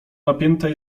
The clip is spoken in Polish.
napięte